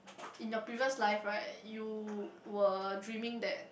in your previous life right you were dreaming that